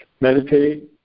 Meditate